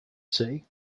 see